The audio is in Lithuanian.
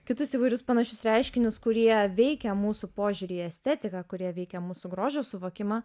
kitus įvairius panašius reiškinius kurie veikia mūsų požiūrį į estetiką kurie veikia mūsų grožio suvokimą